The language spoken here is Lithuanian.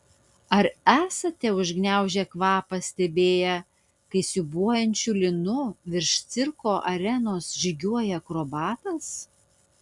ar esate užgniaužę kvapą stebėję kai siūbuojančiu lynu virš cirko arenos žygiuoja akrobatas